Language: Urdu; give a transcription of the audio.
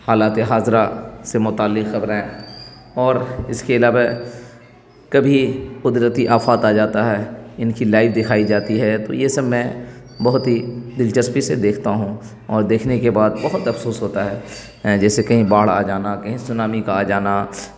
حالات حاضرہ سے متعلق خبریں اور اس کے علاوہ کبھی قدرتی آفات آ جاتا ہے ان کی لائیو دکھائی جاتی ہے تو یہ سب میں بہت ہی دلچسپی سے دیکھتا ہوں اور دیکھنے کے بعد بہت افسوس ہوتا ہے جیسے کہیں باڑھ آ جانا کہیں سونامی کا آ جانا